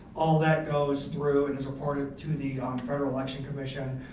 all that goes through and is reported to the federal election commission,